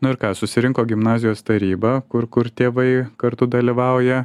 na ir ką susirinko gimnazijos taryba kur kur tėvai kartu dalyvauja